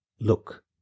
Look